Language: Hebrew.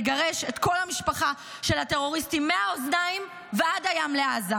נגרש את כל המשפחה של הטרוריסטים מהאוזניים עד לים של עזה,